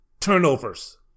turnovers